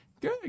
good